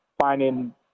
finding